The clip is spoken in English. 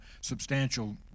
substantial